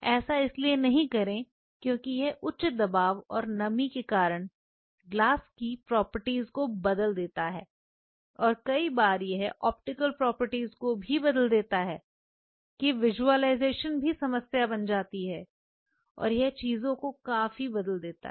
ऐसा इसलिए नहीं करें क्योंकि यह उच्च दबाव और नमी के कारण यह ग्लास की प्रॉपर्टीज को बदल देता है और कई बार यह ऑप्टिकल प्रॉपर्टीज को भी बदल देता है कि दृश्यता एक समस्या बन जाती है और यह चीजों को काफी बदल देती है